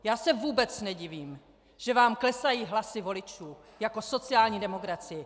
Já se vůbec nedivím, že vám klesají hlasy voličů jako sociální demokracii.